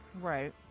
Right